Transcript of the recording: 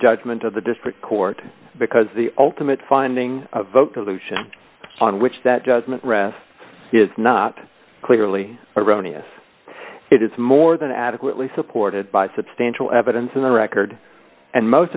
judgment of the district court because the ultimate finding a vote to lucian on which that judgment rest is not clearly erroneous it is more than adequately supported by substantial evidence in the record and most